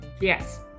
Yes